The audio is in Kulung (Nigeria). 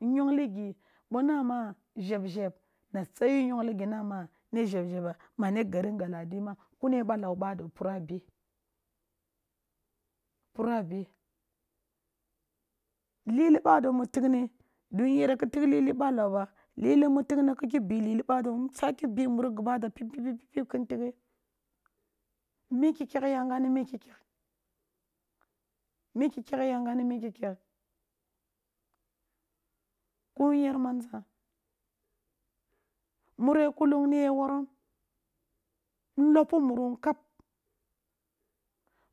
Nyongh gib o na ma zhebzheb na sa yu younghi gin a ma ni zhebzheba ba mani garin gallidima kure ba lau ba do pura, pura be lili ba do mu tigh ni dinyeri ki tigh hili ba lau ba, lili mu tighni di nyere ki tigh lili ba lau ba, hli mu tigh ni ki ke bi lili bado, nsaki bi muri gibado pipipipp kin ntighe. Me kyakkyakkyagham ni mukyakkyak ko nyer man sa, mure kulung ni ye worom noppi muri wun kab,